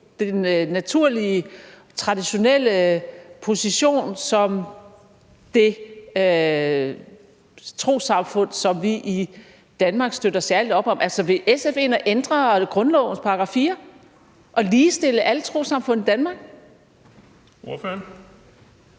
den naturlige, traditionelle position som det trossamfund, som vi i Danmark støtter særligt op om? Vil SF ind at ændre grundlovens § 4 og ligestille alle trossamfund i Danmark? Kl.